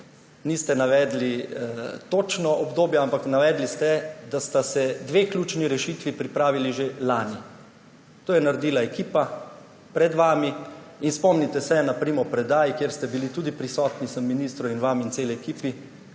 niste navedli točno obdobja, ampak navedli ste, da sta se dve ključni rešitvi pripravili že lani. To je naredila ekipa pred vami in spomnite se na primopredaji, kjer ste bili tudi prisotni, sem ministru in vam in celi ekipi